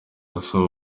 asaba